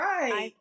Right